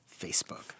Facebook